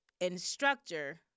instructor